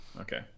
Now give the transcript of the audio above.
Okay